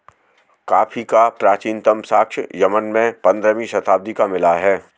coffee का प्राचीनतम साक्ष्य यमन में पंद्रहवी शताब्दी का मिला है